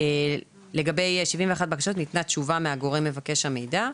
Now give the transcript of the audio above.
לגבי 71 בקשות ניתנה תשובה מהגורם מבקש המידע.